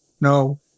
no